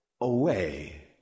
away